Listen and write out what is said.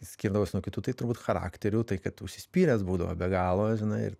skirdavos nuo kitų tai turbūt charakteriu tai kad užsispyręs būdavo be galo žinai ir